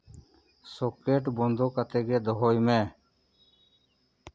socket ᱵᱚᱱᱫᱚ ᱠᱟᱛᱮᱜᱮ ᱫᱚᱦᱚᱭ ᱢᱮ